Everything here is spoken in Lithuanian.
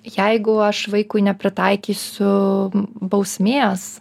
jeigu aš vaikui nepritaikysiu bausmės